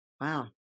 Wow